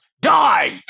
die